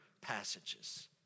passages